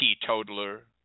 teetotaler